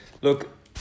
Look